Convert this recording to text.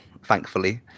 thankfully